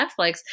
netflix